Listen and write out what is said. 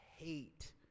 hate